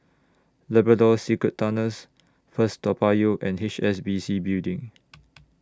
Labrador Secret Tunnels First Toa Payoh and H S B C Building